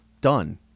Done